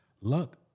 Luck